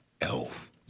elf